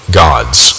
gods